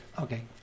Okay